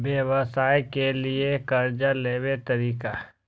व्यवसाय के लियै कर्जा लेबे तरीका?